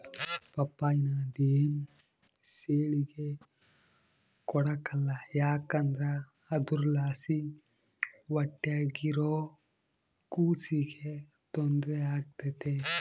ಪಪ್ಪಾಯಿನ ದಿಮೆಂಸೇಳಿಗೆ ಕೊಡಕಲ್ಲ ಯಾಕಂದ್ರ ಅದುರ್ಲಾಸಿ ಹೊಟ್ಯಾಗಿರೋ ಕೂಸಿಗೆ ತೊಂದ್ರೆ ಆಗ್ತತೆ